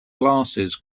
glasses